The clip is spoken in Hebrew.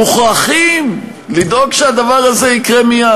מוכרחים לדאוג שהדבר הזה יקרה מייד.